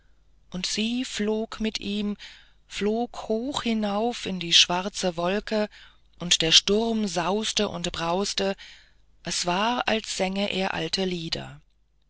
und sie flog mit ihm flog hoch hinauf in die schwarze wolke und der sturm sauste und brauste es war als sänge er alte lieder